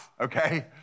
okay